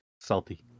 Salty